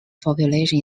population